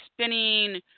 spinning